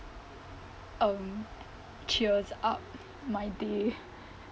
um cheers up my day